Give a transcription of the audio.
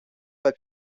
pas